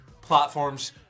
platforms